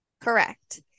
Correct